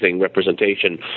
representation